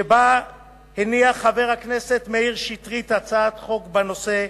שבה הניח חבר הכנסת מאיר שטרית הצעת חוק בנושא,